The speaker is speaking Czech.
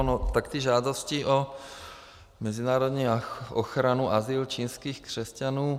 No tak ty žádosti o mezinárodní ochranu, azyl čínských křesťanů...